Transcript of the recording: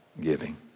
giving